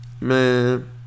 Man